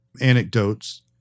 anecdotes